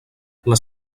les